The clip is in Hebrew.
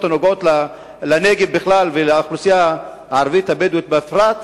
הנוגעות לנגב בכלל ולאוכלוסייה הערבית-הבדואית בפרט,